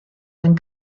when